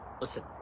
Listen